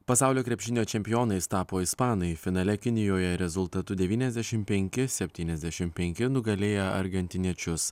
pasaulio krepšinio čempionais tapo ispanai finale kinijoje rezultatu devyniasdešimt penki septyniasdešimt penki nugalėję argentiniečius